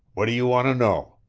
what do you want to know?